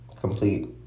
complete